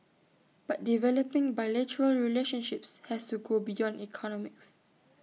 but developing bilateral relationships has to go beyond economics